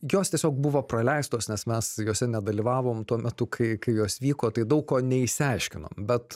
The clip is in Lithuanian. jos tiesiog buvo praleistos nes mes jose nedalyvavom tuo metu kai kai jos vyko tai daug ko neišsiaiškinom bet